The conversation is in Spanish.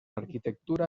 arquitectura